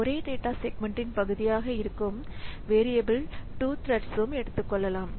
ஒரே டேட்டா செக்மெண்ட்ன் பகுதியாக இருக்கும் வேரியபில் 2 த்ரெட்ஸ்ம் எடுத்துக்கொள்ளலாம்